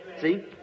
See